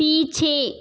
पीछे